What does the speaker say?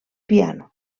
piano